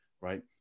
right